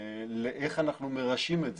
לאיך אנחנו מרשים את זה,